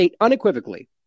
unequivocally